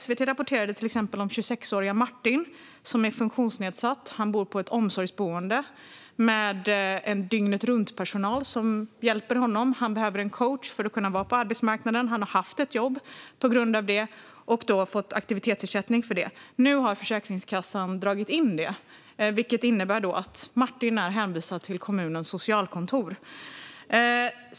SVT rapporterade till exempel om 26-årige Martin, som är funktionsnedsatt. Han bor på ett omsorgsboende med dygnet-runt-personal som hjälper honom. Han behöver en coach för att kunna vara på arbetsmarknaden. Tack vare det har han haft ett jobb och fått aktivitetsersättning för det. Nu har Försäkringskassan dragit in den, vilket innebär att Martin är hänvisad till kommunens socialkontor.